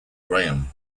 graham